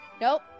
nope